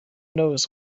knows